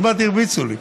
כמעט הרביצו לי: